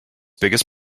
biggest